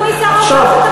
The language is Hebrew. כמה פעמים ישבת פה,